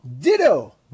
Ditto